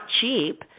cheap